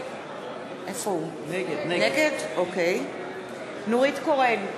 נגד נורית קורן,